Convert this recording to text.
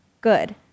Good